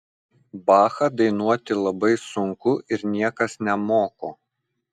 bachą dainuoti labai sunku ir niekas nemoko